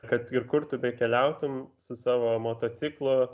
kad ir kur tu bekeliautum su savo motociklu